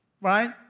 right